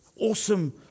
awesome